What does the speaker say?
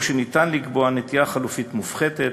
או שניתן לקבוע נטיעה חלופית מופחתת,